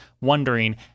wondering